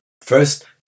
First